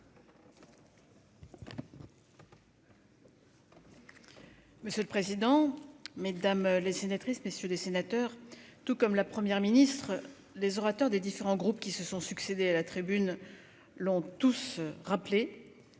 Monsieur le président, mesdames, messieurs les sénateurs, comme la Première ministre, les orateurs des différents groupes qui se sont succédé à la tribune l'ont tous rappelé